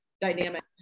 dynamic